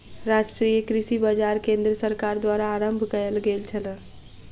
राष्ट्रीय कृषि बाजार केंद्र सरकार द्वारा आरम्भ कयल गेल छल